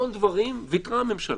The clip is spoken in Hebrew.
על המון דברים ויתרה הממשלה,